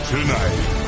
Tonight